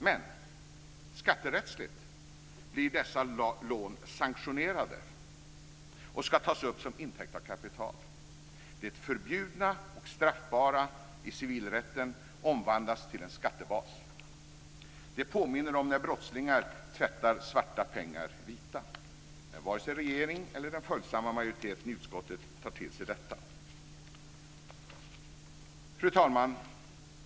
Men skatterättsligt blir dessa lån sanktionerade och ska tas upp som intäkt av kapital. Det förbjudna och straffbara i civilrätten omvandlas till en skattebas. Det påminner om när brottslingar tvättar svarta pengar vita. Men vare sig regeringen eller den följsamma majoriteten i utskottet tar till sig detta. Fru talman!